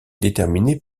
déterminée